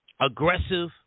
Aggressive